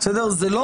זה לא